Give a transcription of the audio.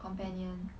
companion